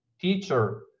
teacher